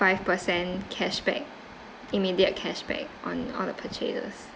five percent cashback immediate cashback on on the purchases